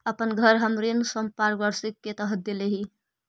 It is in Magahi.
अपन घर हम ऋण संपार्श्विक के तरह देले ही